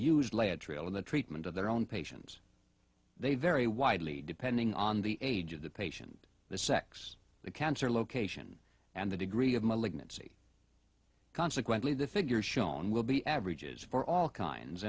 in the treatment of their own patients they vary widely depending on the age of the patient the sex the cancer location and the degree of malignancy consequently the figures shown will be averages for all kinds